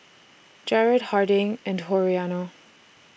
Jarred Harding and Toriano